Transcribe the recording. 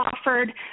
offered